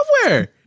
software